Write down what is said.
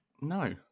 no